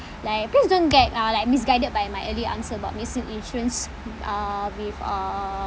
like please don't get uh like misguided by my early answer about mixing insurance uh with uh